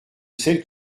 celle